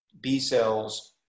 B-cells